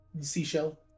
Seashell